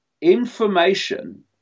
information